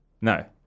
No